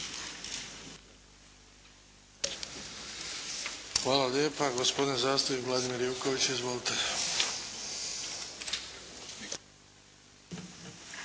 Hvala lijepa. Gospodin zastupnik Vladimir Ivković. Izvolite.